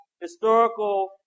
historical